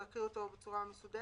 אז נקרא אותו בצורה מסודרת: